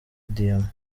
diyama